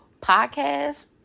podcast